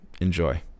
Enjoy